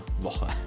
Woche